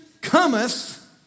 cometh